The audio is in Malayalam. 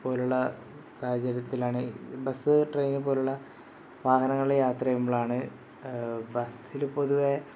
പോലുള്ള സാഹചര്യത്തിലാണ് ബസ്സ് ട്രെയിന് പോലുള്ള വാഹനങ്ങളിൽ യാത്ര ചെയ്യുമ്പോഴാണ് ബസ്സിൽ പൊതുവേ